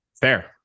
fair